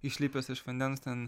išlipęs iš vandens ten